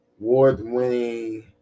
award-winning